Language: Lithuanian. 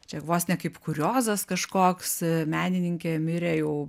čia vos ne kaip kuriozas kažkoks menininkė mirė jau